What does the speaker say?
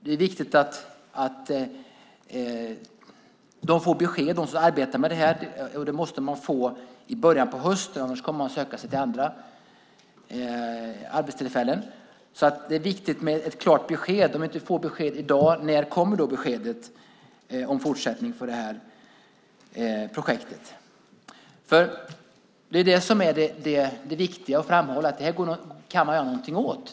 Det är viktigt att de som arbetar med det här får besked, och det måste de få i början av hösten. Annars kommer de att söka sig till andra arbeten. Det är alltså viktigt med ett klart besked. Om vi inte får besked i dag, när kommer då beskedet om en fortsättning för projektet? Det är viktigt att framhålla att det här kan man göra någonting åt.